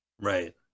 right